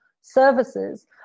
services